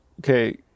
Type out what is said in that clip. Okay